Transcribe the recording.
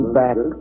back